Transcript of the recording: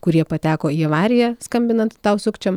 kurie pateko į avariją skambinant tau sukčiam